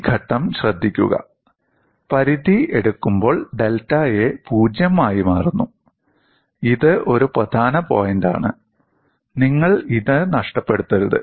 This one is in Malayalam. ഈ ഘട്ടം ശ്രദ്ധിക്കുക പരിധി എടുക്കുമ്പോൾ ഡെൽറ്റ A "0" ആയി മാറുന്നു ഇത് ഒരു പ്രധാന പോയിന്റാണ് നിങ്ങൾ ഇത് നഷ്ടപ്പെടുത്തരുത്